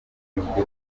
yavutse